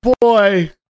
boy